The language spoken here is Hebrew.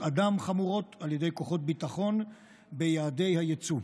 אדם חמורות על ידי כוחות ביטחון ביעדי היצוא.